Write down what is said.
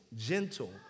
gentle